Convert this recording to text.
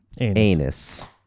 Anus